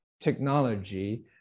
technology